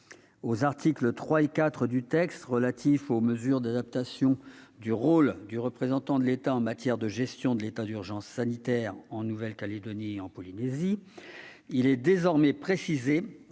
Aux articles 3 et 4 du projet de loi, relatifs aux mesures d'adaptation du rôle du représentant de l'État en matière de gestion de l'état d'urgence sanitaire en Nouvelle-Calédonie et en Polynésie, il est désormais précisé